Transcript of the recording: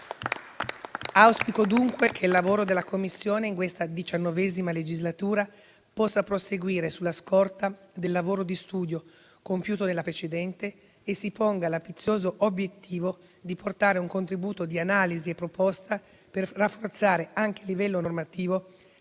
Auspico dunque che il lavoro della Commissione, in questa XIX legislatura, possa proseguire sulla scorta del lavoro di studio compiuto nella precedente e si ponga l'ambizioso obiettivo di portare un contributo di analisi e proposta, per rafforzare, anche a livello normativo,